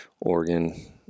Oregon